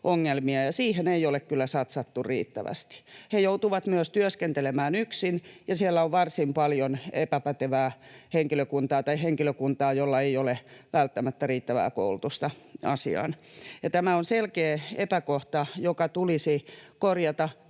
ja siihen ei ole kyllä satsattu riittävästi. He joutuvat myös työskentelemään yksin, ja siellä on varsin paljon epäpätevää henkilökuntaa tai henkilökuntaa, jolla ei ole välttämättä riittävää koulutusta asiaan, ja tämä on selkeä epäkohta, joka tulisi korjata,